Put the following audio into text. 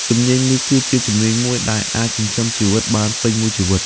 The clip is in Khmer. ជំនាញនេះគឺជាជំនាញមួយដែលអាចចិញ្ចឹមជីវិតបានពេញមួយជីវិត។